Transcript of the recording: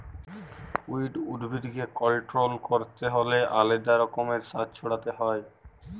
weed উদ্ভিদকে control ক্যরতে হ্যলে আলেদা রকমের সার ছড়াতে হ্যয়